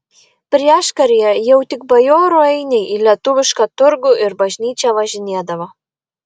prieškaryje jau tik bajorų ainiai į lietuvišką turgų ir bažnyčią važinėdavo